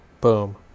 Boom